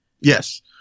Yes